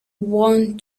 want